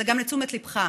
זה גם לתשומת ליבך: